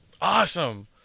Awesome